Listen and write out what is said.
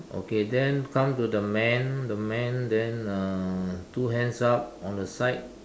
okay then come to the man the man then uh two hands up on the side